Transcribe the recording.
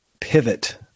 pivot